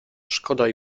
szkoda